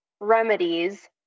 remedies